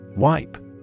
Wipe